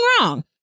wrong